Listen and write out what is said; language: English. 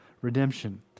redemption